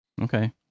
Okay